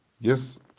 Yes